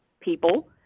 people